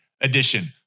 edition